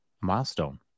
milestone